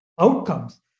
outcomes